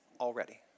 already